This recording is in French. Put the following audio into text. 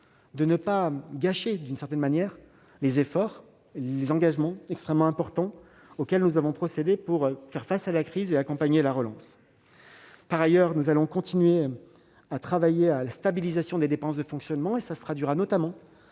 de ne pas gâcher, d'une certaine manière, les efforts extrêmement importants que nous avons déployés pour faire face à la crise et accompagner la relance. En second lieu, nous allons continuer à travailler à la stabilisation des dépenses de fonctionnement. Cela se traduira notamment